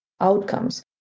outcomes